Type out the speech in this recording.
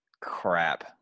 crap